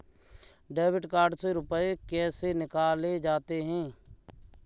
Debit card से रुपये कैसे निकाले जाते हैं?